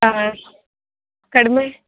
ಹಾಂ ಕಡಿಮೆ